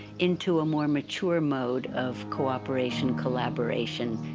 into a more mature mode of cooperation, collaboration.